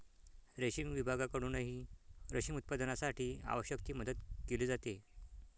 रेशीम विभागाकडूनही रेशीम उत्पादनासाठी आवश्यक ती मदत केली जाते